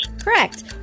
Correct